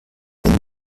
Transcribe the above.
wenn